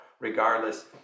regardless